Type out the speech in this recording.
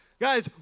Guys